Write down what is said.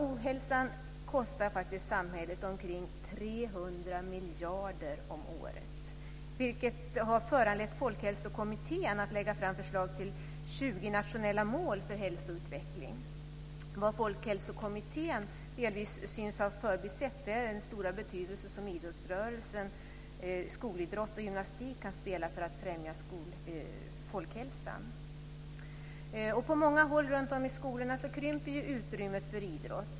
Ohälsan kostar faktiskt samhället omkring 300 miljarder om året, vilket har föranlett Folkhälsokommittén att lägga fram förslag till 20 nationella mål för hälsoutveckling. Vad Folkhälsokommittén delvis synes ha förbisett är den stora betydelse som idrottsrörelsen, skolidrotten och gymnastiken kan spela för att främja folkhälsan. På många håll runtom i skolorna krymper utrymmet för idrott.